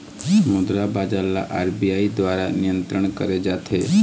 मुद्रा बजार ल आर.बी.आई दुवारा नियंत्रित करे जाथे